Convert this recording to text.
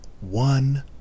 one